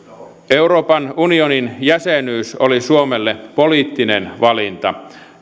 euroopan unionin jäsenyys oli suomelle poliittinen valinta